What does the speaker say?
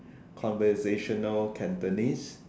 conversational Cantonese